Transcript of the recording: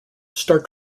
star